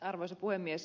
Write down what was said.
arvoisa puhemies